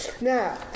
now